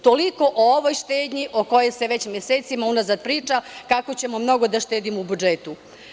Toliko o ovoj štednji o kojoj se već mesecima unazad priča, kako ćemo mnogo da štedimo u budžetu.